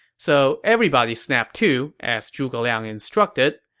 so everybody snapped to as zhuge liang instructed.